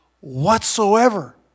whatsoever